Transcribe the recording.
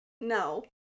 No